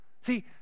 See